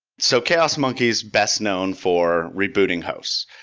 so chaos monkey is best known for rebooting host.